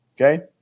Okay